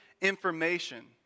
information